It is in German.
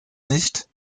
nicht